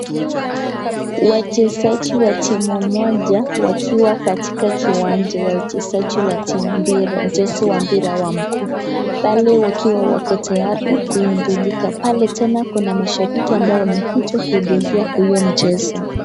Wachezaji wa timu moja wakiwa katika kiwanja ya uchezaji wa timu mchezo wa mpira wa mguu. Pale wakiwa wako tayari kuitimika. Pale tena kuna mashabiki ambao wamekuja kuhuduria hiyo michezo.